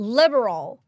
liberal